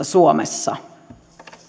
suomessa